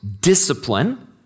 discipline